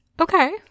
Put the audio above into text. Okay